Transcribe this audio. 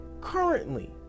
currently